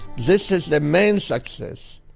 this is the main success,